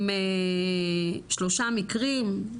עם שלושה מקרים,